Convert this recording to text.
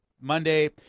Monday